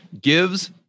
gives